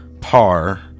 par